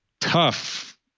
tough